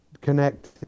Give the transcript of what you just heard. connect